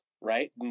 right